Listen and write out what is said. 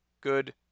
good